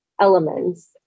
elements